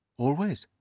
always.